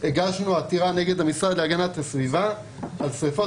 הגשנו עתירה כנגד המשרד להגנת הסביבה על שריפות